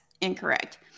incorrect